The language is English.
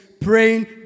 Praying